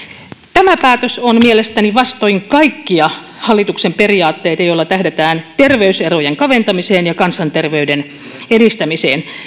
tämä päätös on mielestäni vastoin kaikkia hallituksen periaatteita joilla tähdätään terveyserojen kaventamiseen ja kansanterveyden edistämiseen